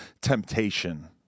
temptation